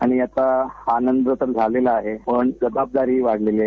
आणि आता हा आनंद झालेला आहे पण जबाबदारीही वाढलेली आहे